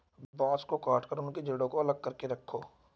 बांस को काटकर उनके जड़ों को अलग करके रखो